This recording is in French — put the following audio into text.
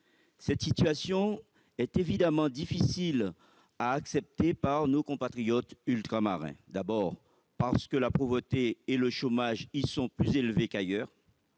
Cette situation est évidemment difficile à accepter pour nos compatriotes ultramarins. Tout d'abord, parce que la pauvreté et le chômage y sont plus élevés qu'ailleurs.